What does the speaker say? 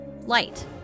Light